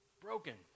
broken